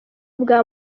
bwa